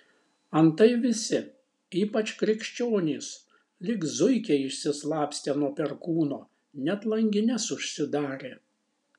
antai visi ypač krikščionys lyg zuikiai išsislapstė nuo perkūno net langines užsidarė